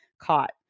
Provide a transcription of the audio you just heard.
caught